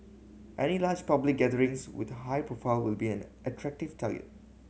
any large public gatherings with high profile will be an attractive target